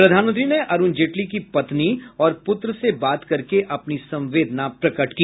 प्रधानमंत्री ने अरुण जेटली की पत्नी और पुत्र से बात करके अपनी संवेदना प्रकट की